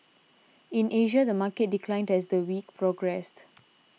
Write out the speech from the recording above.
in Asia the market declined as the week progressed